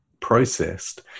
processed